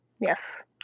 Yes